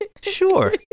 sure